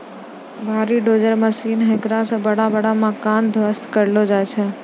भारी dozer machine हेकरा से बड़ा बड़ा मकान ध्वस्त करलो जाय छै